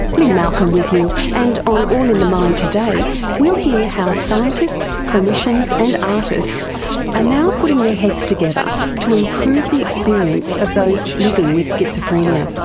lynne malcolm with you, and on all in the mind today we'll hear how scientists, clinicians and artists are and now putting their heads together to improve the experience of those living with schizophrenia.